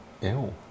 Ew